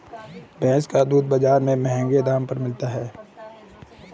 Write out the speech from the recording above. भैंस का दूध बाजार में महँगे दाम पर मिलता है